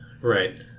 Right